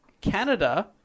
Canada